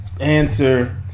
answer